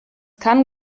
kann